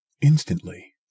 instantly